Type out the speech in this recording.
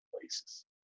places